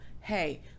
Hey